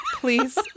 Please